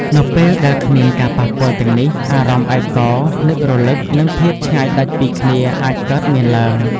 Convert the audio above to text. នៅពេលដែលគ្មានការប៉ះពាល់ទាំងនេះ អារម្មណ៍ឯកោ នឹករលឹក និងភាពឆ្ងាយដាច់ពីគ្នាអាចកើតមានឡើង។